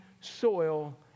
soil